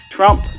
Trump